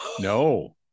No